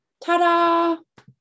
Ta-da